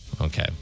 Okay